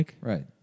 Right